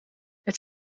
het